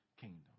kingdom